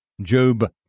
Job